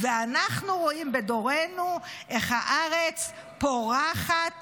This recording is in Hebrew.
ואנחנו רואים בדורנו איך הארץ פורחת